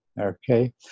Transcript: okay